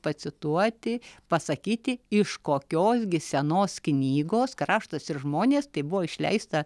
pacituoti pasakyti iš kokios gi senos knygos kraštas ir žmonės tai buvo išleista